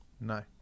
no